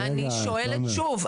אני שואלת שוב,